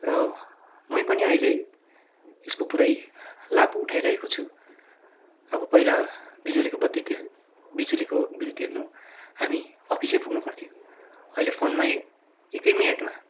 र म पनि अहिले यसको पुरै लाभ उठाइरहेको छु अब पहिला बिजुलीको बत्ती तिर् बिजुलीको बिल तिर्नु हामी अफिसै पुग्नु पर्थ्यो अहिले फोनमै एकै मिनटमा